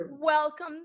Welcome